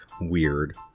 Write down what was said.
weird